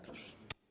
Proszę.